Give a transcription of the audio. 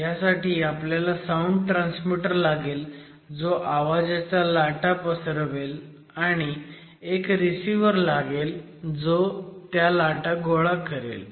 ह्यासाठी आपल्याला sound transmitter लागेल जो आवाजाच्या लाटा पसरवेल आणि एक रिसिव्हर लागेल जो त्या लाटा गोळा करेल